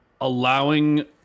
allowing